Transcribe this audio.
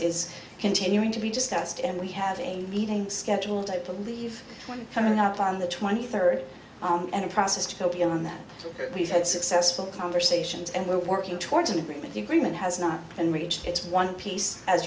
is continuing to be discussed and we have a meeting scheduled i believe one coming up on the twenty third and a process to go beyond that we've had successful conversations and we're working towards an agreement agreement has not been reached it's one piece as